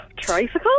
Tricycle